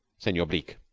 senor bleke.